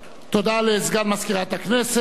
תודה לסגן מזכירת הכנסת.